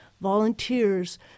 volunteers